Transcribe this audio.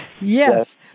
Yes